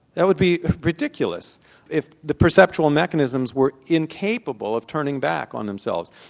that would be ridiculous if the perceptual mechanisms were incapable of turning back on themselves.